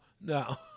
No